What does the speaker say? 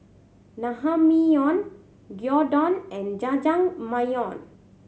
Naengmyeon Gyudon and Jajangmyeon